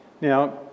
Now